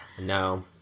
No